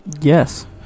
Yes